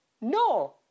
No